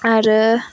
आरो